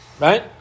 Right